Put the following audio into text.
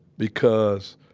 because